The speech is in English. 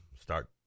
start